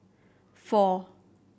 four